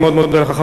אני מאוד מודה לך.